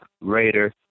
Raider